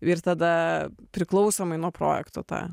ir tada priklausomai nuo projekto tą